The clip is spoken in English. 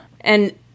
and-